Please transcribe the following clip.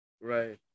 Right